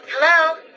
Hello